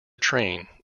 train